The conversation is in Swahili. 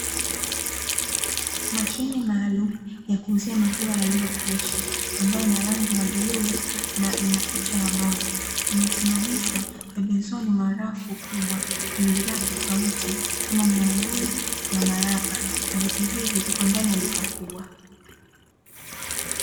Mashine maalumu ya kuuzia maziwa yaliyo freshi ambayo yana rangi ya buluu na ina picha ya ng'ombe, imesimamishwa pembezoni mwa rafu kubwa yenye bidhaa tofauti kama miamvuli na malapa na vyote hivii viko ndani ya duka kubwa.